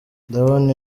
ndabona